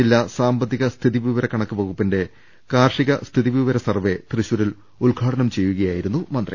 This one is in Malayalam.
ജില്ലാ സാമ്പത്തിക സ്ഥിതിവിവര കണക്ക് വകുപ്പിന്റെ കാർഷിക സ്ഥിതിവിവര സർവ്വേ തൃശൂരിൽ ഉദ്ഘാട നം ചെയ്യുകയായിരുന്നു മന്ത്രി